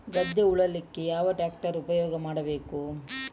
ಗದ್ದೆ ಉಳಲಿಕ್ಕೆ ಯಾವ ಟ್ರ್ಯಾಕ್ಟರ್ ಉಪಯೋಗ ಮಾಡಬೇಕು?